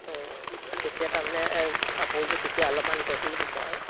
অঁ তেতিয়া তাৰমানে কাপোৰযোৰ তেতিয়া অলপমান গহীন হ'ব আৰু